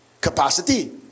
capacity